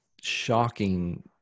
shocking